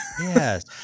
Yes